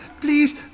please